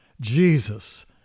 Jesus